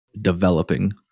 developing